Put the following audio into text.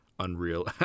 unreal